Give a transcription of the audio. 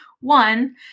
one